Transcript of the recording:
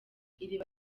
iriba